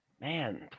man